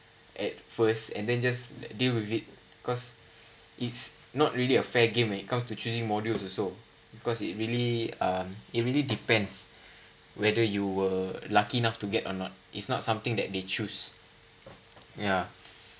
at first and then just deal with it cause it's not really a fair game when it comes to choosing modules also because it really um it really depends whether you were lucky enough to get or not is not something that they choose ya